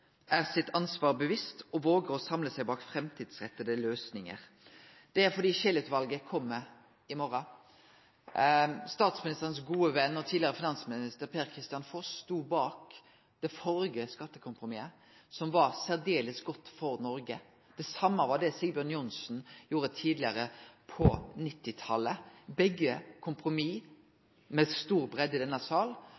seg sitt ansvar bevisst og våger å samle seg bak fremtidsrettede løsninger.» Det er fordi Scheel-utvalet kjem med si innstilling i morgon. Statsministerens gode venn og tidlegare finansminister, Per-Kristian Foss, stod bak det førre skattekompromisset, som var særdeles godt for Noreg. Det same gjorde Sigbjørn Johnsen tidlegare på 1990-talet. Begge